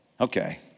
okay